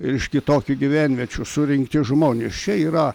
ir iš kitokių gyvenviečių surinkti žmonės čia yra